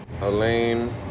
Elaine